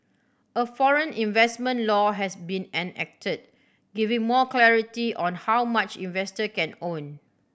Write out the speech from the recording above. a foreign investment law has been enacted giving more clarity on how much investor can own